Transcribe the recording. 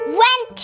went